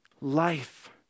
life